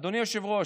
אדוני היושב-ראש,